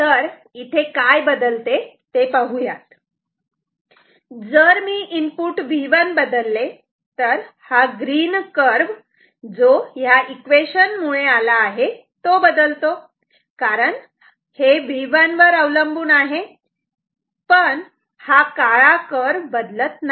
तर इथे काय बदलते ते पाहूयात जर मी इनपुट V1 बदलले तर हा ग्रीन कर्व जो ह्या इक्वेशन मुळे आला आहे तो बदलतो कारण हा V1 वर अवलंबून आहे पण हा काळा कर्व बदलत नाही